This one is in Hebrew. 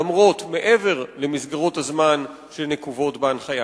למרות ומעבר למסגרות הזמן שנקובות בהנחיה?